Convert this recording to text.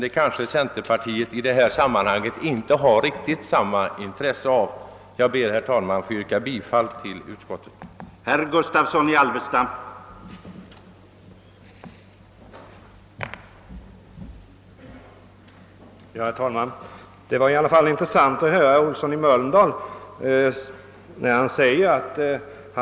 Men kanske centerpartiet i det här sammanhanget inte har riktigt samma intresse av det. Jag ber, herr talman, att få yrka bifall till utskottets hemställan.